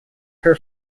her